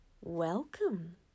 welcome